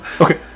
Okay